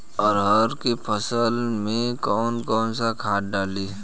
अरहा के फसल में कौन कौनसा खाद डाली?